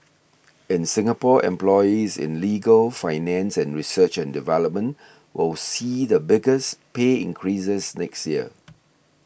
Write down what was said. in Singapore employees in legal finance and research and development will see the biggest pay increases next year